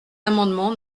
amendement